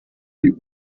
die